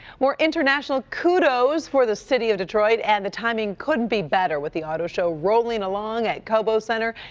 more international kudos for the city of detroit and the timing couldn't be better with the auto show rolling along at cobo center.